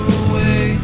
away